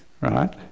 right